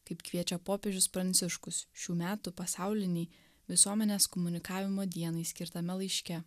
kaip kviečia popiežius pranciškus šių metų pasaulinei visuomenės komunikavimo dienai skirtame laiške